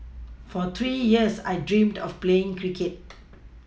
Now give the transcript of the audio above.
for three years I dreamed of playing cricket